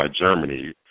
Germany